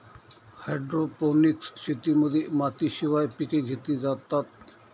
hydroponics शेतीमध्ये मातीशिवाय पिके घेतली जातात